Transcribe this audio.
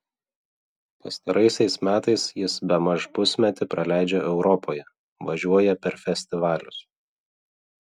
pastaraisiais metais jis bemaž pusmetį praleidžia europoje važiuoja per festivalius